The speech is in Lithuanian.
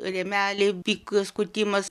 rėmeliai pikio skutimas